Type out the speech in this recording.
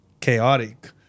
chaotic